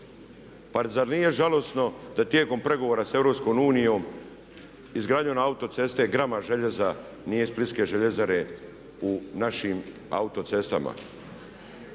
Pa zar nije žalosno da tijekom pregovora sa EU izgradnju autoceste grama željeza nije iz splitske željezare u našim autocestama.